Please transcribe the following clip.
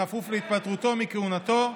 בכפוף להתפטרותו מכהונתו,